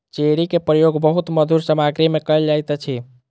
cherry के उपयोग बहुत मधुर सामग्री में कयल जाइत अछि